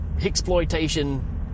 exploitation